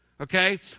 Okay